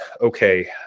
okay